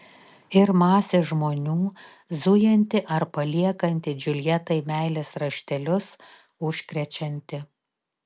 ir masė žmonių zujanti ar paliekanti džiuljetai meilės raštelius užkrečianti